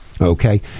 Okay